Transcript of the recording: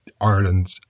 Ireland